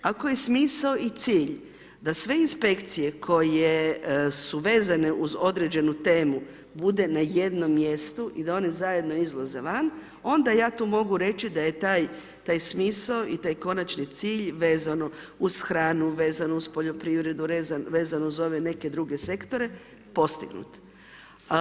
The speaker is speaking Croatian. Ako je smisao i cilj da sve Inspekcije koje su vezane uz određenu temu budu na jednom mjestu i da one zajedno izlaze van, onda ja tu mogu reći da je taj smisao i taj konačni cilj vezano uz hranu, vezano uz poljoprivredu, vezano uz ove neke druge sektore, postignut.